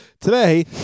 Today